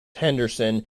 henderson